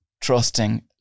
trusting